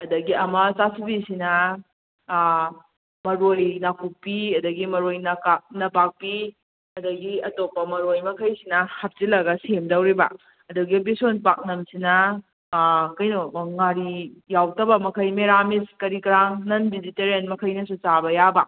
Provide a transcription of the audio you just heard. ꯑꯗꯒꯤ ꯑꯃ ꯆꯥꯁꯨꯕꯤꯁꯤꯅ ꯃꯔꯣꯏ ꯅꯥꯛꯀꯨꯞꯄꯤ ꯑꯗꯒꯤ ꯃꯔꯣꯏ ꯅꯄꯥꯛꯄꯤ ꯑꯗꯒꯤ ꯑꯇꯣꯞꯄ ꯃꯔꯣꯏ ꯃꯈꯩꯁꯤꯅ ꯍꯥꯞꯆꯤꯜꯂꯒ ꯁꯦꯝꯗꯧꯔꯤꯕ ꯑꯗꯒꯤ ꯕꯦꯁꯣꯟ ꯄꯥꯛꯅꯝꯁꯤꯅ ꯀꯩꯅꯣ ꯉꯥꯔꯤ ꯌꯥꯎꯗꯕ ꯃꯈꯩ ꯃꯦꯔꯥꯃꯦꯁ ꯀꯔꯤ ꯀꯔꯥꯡ ꯅꯟ ꯚꯦꯖꯤꯇꯦꯔꯤꯌꯥꯟ ꯃꯈꯩꯅꯁꯨ ꯆꯥꯕ ꯌꯥꯕ